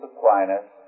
Aquinas